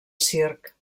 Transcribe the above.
circ